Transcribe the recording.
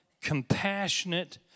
compassionate